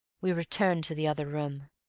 we returned to the other room.